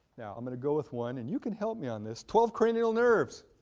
now i'm gonna go with one and you can help me on this. twelve cranial nerves,